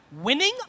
winning